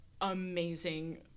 amazing